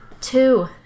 Two